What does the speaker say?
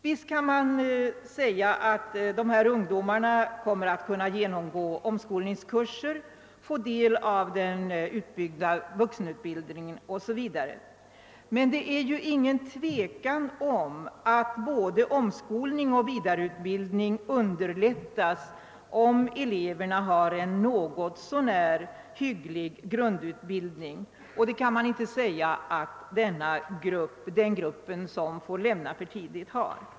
Visst kommer dessa ungdomar att kunna genomgå omskolningskurser, få del av den utbyggda vuxenutbildningen 0. s. v. Men det råder inget tvivel om att både omskolning och vidareutbildning underlättas om eleverna har en något så när hygglig grundutbildning, och det kan man inte säga att den grupp har som får lämna skolan för tidigt.